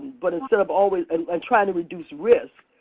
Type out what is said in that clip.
but instead of always and and trying to reduce risks,